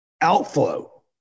outflow